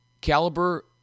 caliber